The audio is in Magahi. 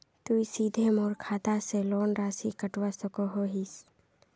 तुई सीधे मोर खाता से लोन राशि कटवा सकोहो हिस?